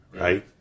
right